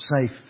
safe